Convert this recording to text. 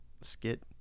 skit